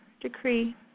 decree